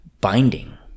binding